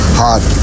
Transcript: hot